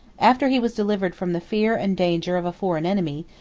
after he was delivered from the fear and danger of a foreign enemy,